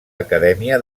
acadèmia